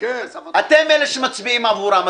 אתם אלה שמצביעים עבורם,